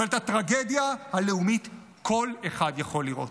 אבל את הטרגדיה הלאומית כל אחד יכול לראות.